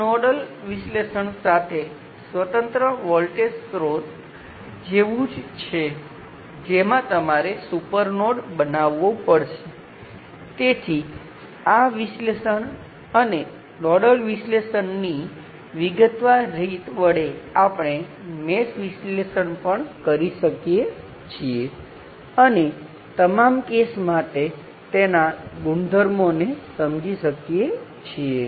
node સાથે જોડાયેલ voltage સ્ત્રોતને તે નોડ સાથે જોડાયેલ અન્ય તમામ શાખાઓમાં મોકલી શકાય છે તેથી તે પરિણામ છે અને આ પરિણામ કેટલીકવાર ચોક્કસ પ્રકારના સર્કિટની ઝડપી અને સરળરીતે સમજવાં માટે ઉપયોગી છે અને તે ચોક્કસ પ્રકારની સર્કિટનાં વિશ્લેષણ માટે તથા અન્ય સર્કિટનાં ગુણધર્મો સાબિત કરવા અને તેથી વધુ માટે પણ ઉપયોગી છે